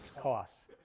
costs.